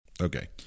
Okay